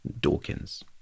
Dawkins